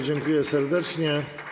Dziękuję serdecznie.